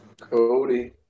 cody